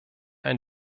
ein